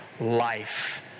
life